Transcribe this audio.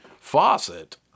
faucet